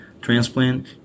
Transplant